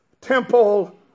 temple